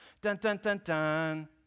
dun-dun-dun-dun